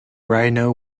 rhino